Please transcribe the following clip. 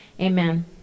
Amen